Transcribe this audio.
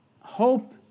Hope